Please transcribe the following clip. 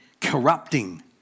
corrupting